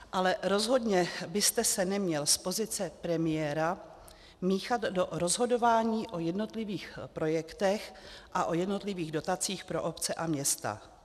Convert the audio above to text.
Ale rozhodně byste se neměl z pozice premiéra míchat do rozhodování o jednotlivých projektech a o jednotlivých dotacích pro obce a města.